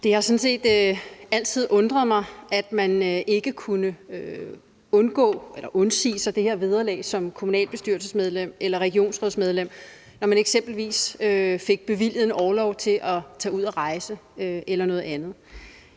Det har sådan set altid undret mig, at man ikke kunne undgå eller undsige sig det her vederlag som kommunalbestyrelsesmedlem eller regionsrådsmedlem, når man eksempelvis fik bevilget en orlov til at tage ud at rejse eller noget andet.